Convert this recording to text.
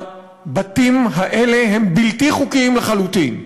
הבתים האלה הם בלתי חוקיים לחלוטין.